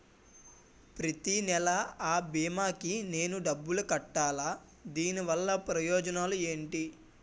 ప్రతినెల అ భీమా కి నేను డబ్బు కట్టాలా? దీనివల్ల ప్రయోజనాలు ఎంటి?